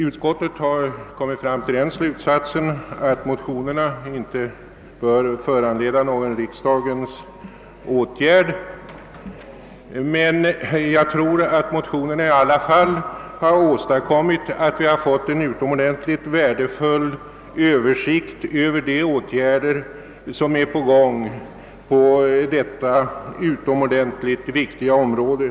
Utskottet har kommit fram till den slutsatsen att motionerna inte bör föranleda någon riksdagens åtgärd. Motionerna har i alla fall åstadkommit att vi fått en synnerligen värdefull översikt över de åtgärder som är på gång på detta utomordentligt viktiga område.